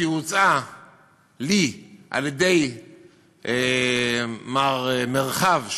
שהוצעה לי על-ידי מר מרחב,